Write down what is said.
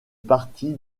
partie